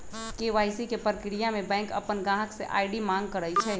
KYC के परक्रिया में बैंक अपन गाहक से आई.डी मांग करई छई